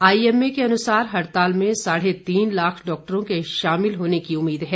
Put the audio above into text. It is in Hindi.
आईएमए के अनुसार हड़ताल में साढ़े तीन लाख डॉक्टरों के शामिल होने की उम्मीद है